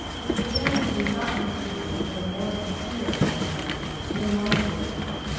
it began to be not unusual for the more sincere of their friends to remonstrate with them,